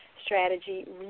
strategy